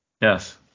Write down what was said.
Yes